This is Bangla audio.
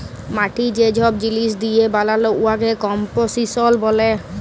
মাটি যে ছব জিলিস দিঁয়ে বালাল উয়াকে কম্পসিশল ব্যলে